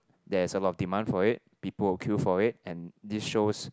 there's a lot of demand for it people will queue for it and this shows